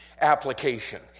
application